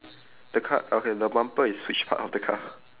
the car okay the bumper is which part of the car